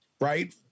Right